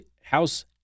House